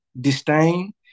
disdain